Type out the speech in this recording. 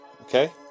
Okay